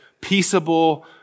peaceable